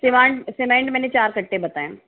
cement मैंने चार कट्टे बताए